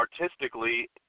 artistically